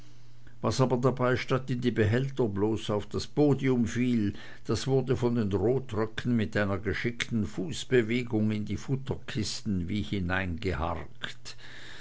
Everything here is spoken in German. was aber dabei statt in die behälter bloß auf das podium fiel das wurde von den rotröcken mit einer geschickten fußbewegung in die futterkisten wie